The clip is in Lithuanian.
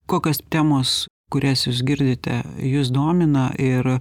kokios temos kurias jūs girdite jus domina ir